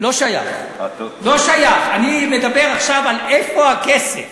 לא שייך, לא שייך, אני מדבר עכשיו על "איפה הכסף?"